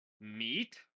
meat